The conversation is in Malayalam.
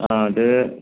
ആ അത്